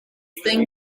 thing